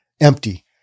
empty